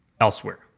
elsewhere